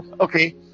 okay